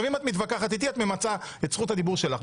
אם את מתווכחת איתי, את ממצה את זכות הדיבור שלך.